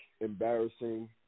embarrassing